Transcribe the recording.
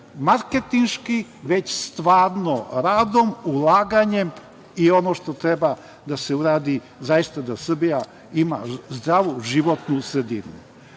marketinški, već stvarno radom, ulaganjem i ono što treba da se uradi, zaista da Srbija ima zdravu životnu sredinu. Ne